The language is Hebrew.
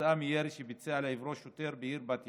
כתוצאה מירי שביצע לעברו שוטר בעיר בת ים.